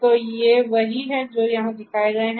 तो ये वही हैं जो यहां दिखाए गए हैं